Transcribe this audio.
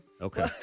okay